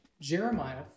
Jeremiah